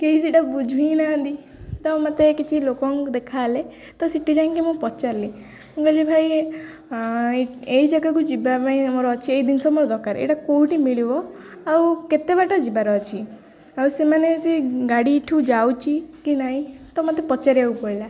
କେହି ସେଇଟା ବୁଝେଇ ନାହାନ୍ତି ତ ମୋତେ କିଛି ଲୋକଙ୍କୁ ଦେଖାହେଲେ ତ ସେଠି ଯାଇକି ମୁଁ ପଚାରିଲି ମୁଁ କହିଲି ଭାଇ ଏଇ ଜାଗାକୁ ଯିବା ପାଇଁ ମୋର ଅଛି ଏଇ ଜିନିଷ ମୋର ଦରକାର ଏଇଟା କୋଉଠି ମିଳିବ ଆଉ କେତେ ବାଟ ଯିବାର ଅଛି ଆଉ ସେମାନେ ସେ ଗାଡ଼ି ଏଠୁ ଯାଉଛି କି ନାଇଁ ତ ମୋତେ ପଚାରିବାକୁ ପଡ଼ିଲା